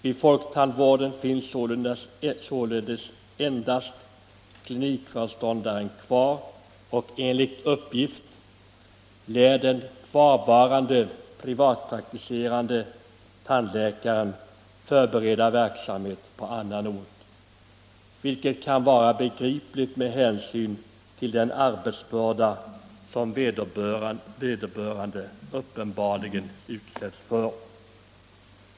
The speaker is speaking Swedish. Vid folktandvården finns således endast klinikföreståndaren kvar, och enligt uppgift lär den kvarvarande privatpraktiserande tandläkaren förbereda verksamhet på annan ort, vilket kan vara begripligt med hänsyn till den arbetsbörda som vederbörande uppenbarligen utsätts för.